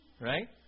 Right